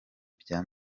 bya